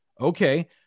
Okay